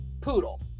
poodle